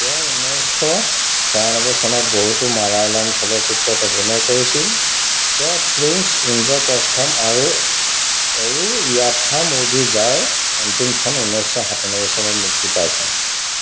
তেওঁ ঊনৈছশ ছয়ান্নব্বৈ চনত বহুতো মালায়ালম চলচ্চিত্ৰত অভিনয় কৰিছিল দ্য প্ৰিন্স ইন্দ্ৰপ্ৰস্থম আৰু অৰু য়াথ্ৰামোঝি যাৰ অন্তিমখন ঊনৈছশ সাতান্নব্বৈ চনত মুক্তি পাইছিল